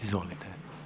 Izvolite.